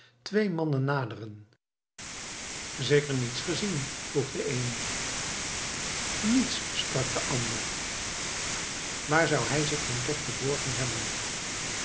twee mannen naderen zeker niets gezien vroeg de een niets sprak de ander waar zou hij zich dan toch verborgen hebben